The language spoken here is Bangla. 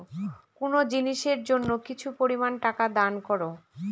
কোনো জিনিসের জন্য কিছু পরিমান টাকা দান করো